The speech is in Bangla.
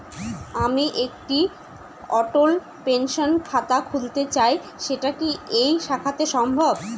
আমি একটি অটল পেনশন খাতা খুলতে চাই সেটা কি এই শাখাতে সম্ভব?